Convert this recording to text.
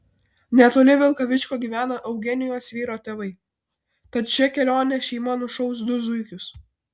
netoli vilkaviškio gyvena eugenijos vyro tėvai tad šia kelione šeima nušaus du zuikius